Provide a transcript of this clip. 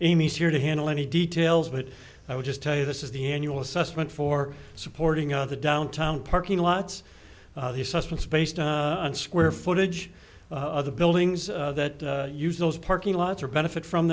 here to handle any details but i would just tell you this is the annual assessment for supporting of the downtown parking lots the substance based on square footage of the buildings that use those parking lots or benefit from